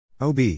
OB